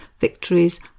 victories